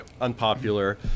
unpopular